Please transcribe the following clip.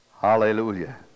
Hallelujah